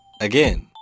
Again